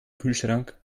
kühlschrank